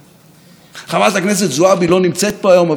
נסראללה מרוצה מזה, אסמאעיל הנייה מרוצה מזה.